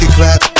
clap